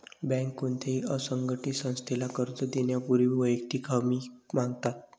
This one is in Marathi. बँका कोणत्याही असंघटित संस्थेला कर्ज देण्यापूर्वी वैयक्तिक हमी मागतात